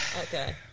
Okay